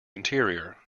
interior